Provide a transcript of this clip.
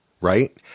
right